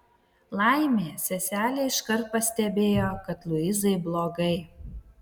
laimė seselė iškart pastebėjo kad luizai blogai